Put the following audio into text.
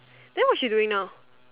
then what she doing now